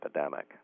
epidemic